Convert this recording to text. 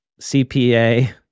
CPA